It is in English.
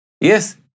yes